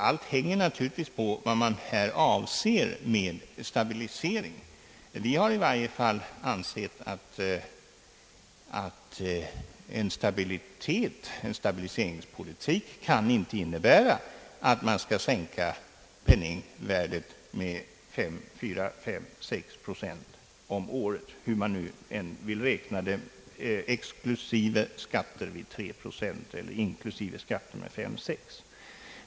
Allt hänger naturligtvis på vad som här avses med stabilisering. Vi har i varje fall ansett att en stabiliseringspolitik inte kan innebära att penningvärdet skall sänkas med 4, 5 eller 6 procent om året — hur man nu än vill räkna det — exklusive skatter med 3 procent eller inklusive skatter med 5 eller 6 procent.